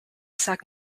sac